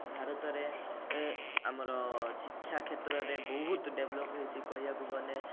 ଭାରତରେ ଆମର ଶିକ୍ଷା କ୍ଷେତ୍ରରେ ବହୁତ ଡେଭଲପ୍ ହେଇଛି କହିବାକୁ ଗଲେ